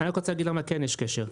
אני רק רוצה להגיד למה כן יש קשר.